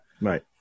Right